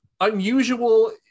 unusual